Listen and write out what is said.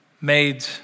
made